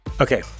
Okay